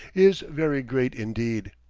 is very great indeed.